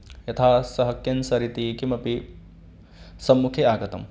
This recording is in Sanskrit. यथा सः केन्सरिति किमपि सम्मुखमागतम्